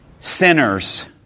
Sinners